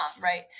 right